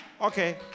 okay